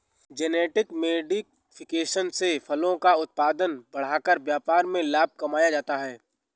genetic modification से फसलों का उत्पादन बढ़ाकर व्यापार में लाभ कमाया जाता है